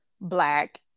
black